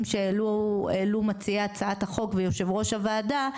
שהעלו מציעי הצעת החוק ויושב ראש הוועדה,